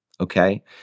okay